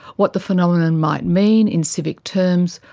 what the phenomenon might mean in civic terms,